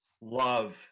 love